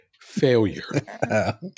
failure